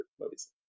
movies